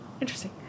Interesting